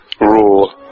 rule